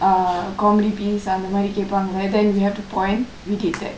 ah comedy piece ah அந்த மாதிரி கேப்பாங்க:andtha maathri kepaangka then you have to point we did that